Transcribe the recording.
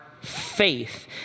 faith